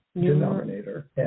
denominator